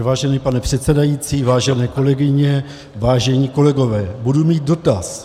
Vážený pane předsedající, vážené kolegyně, vážení kolegové, budu mít dotaz.